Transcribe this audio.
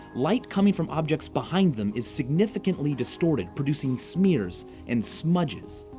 light coming from object's behind them is significantly distorted, producing smears and smudges.